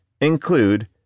include